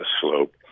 slope